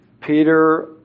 Peter